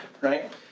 Right